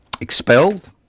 expelled